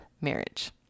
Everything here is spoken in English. marriage